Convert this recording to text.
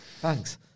Thanks